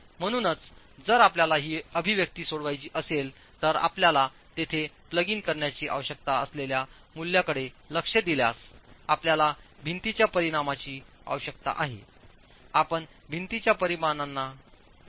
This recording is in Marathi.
म्हणूनच जर आपल्याला ही अभिव्यक्ती सोडवायची असेल तर आपल्याला तेथे प्लग इन करण्याची आवश्यकता असलेल्या मूल्यांकडे लक्ष दिल्यास आपल्याला भिंतीच्या परिमाणांची आवश्यकता आहे आपण भिंतीच्या परिमाणांना अंतिम रूप दिले आहे